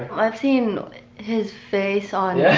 i've seen his face on yeah